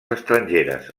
estrangeres